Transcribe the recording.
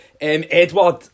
Edward